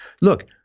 Look